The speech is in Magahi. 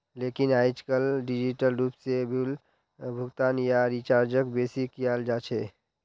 लेकिन आयेजकल डिजिटल रूप से बिल भुगतान या रीचार्जक बेसि कियाल जा छे